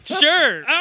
sure